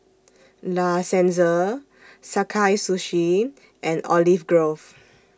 La Senza Sakae Sushi and Olive Grove